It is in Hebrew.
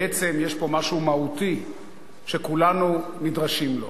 בעצם יש פה משהו מהותי שכולנו נדרשים לו.